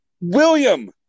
William